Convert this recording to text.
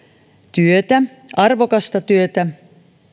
työtä arvokasta työtä